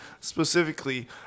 specifically